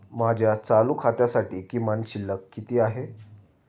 माझ्या चालू खात्यासाठी किमान शिल्लक किती आहे?